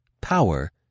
power